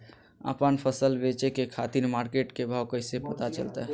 आपन फसल बेचे के खातिर मार्केट के भाव कैसे पता चलतय?